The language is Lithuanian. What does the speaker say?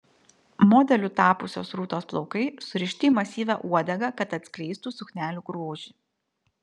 modeliu tapusios rūtos plaukai surišti į masyvią uodegą kad atskleistų suknelių grožį